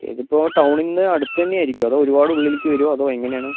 ഇതിപ്പോൾ ടൗണിൽനിന്ന് അടുത്തന്നെ ആയിരിക്കുമോ അതോ ഒരുപാട് ഉള്ളിലേക്ക് വരുമോ അതോ എങ്ങനെയാണ്